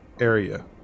area